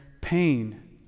pain